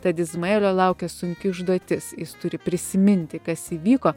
tad izmaelio laukia sunki užduotis jis turi prisiminti kas įvyko